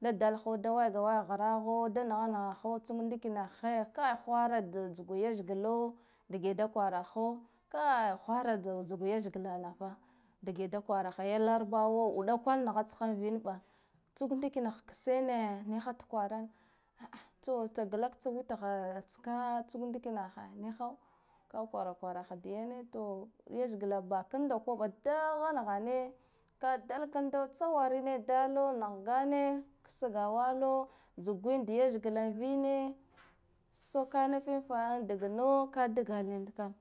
Da dalaho da waygawayaha hrahoda naha nahaho ndikina he kai hwara da tsgwa lethgla, dage da kwaraho kai hwara da tsagwa lethgla nata dage da kwara ha ya larabawa uɗa kwal naha tsha vin ɓa tsuk nidikinah ksene niha tkwaran a'a to tsa glak tsa witha tska tsuk ndikina he niha ka kwara kwaraha da yane to lethgla ba kanda koɓa dahan hone ka dalakando tsawarine dalo nah gane, sgawalo zugin da lethgla vine sukka nifine kwaran dagna ka dagala ina tam